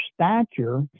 stature